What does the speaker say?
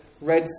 Red